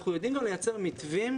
מתווים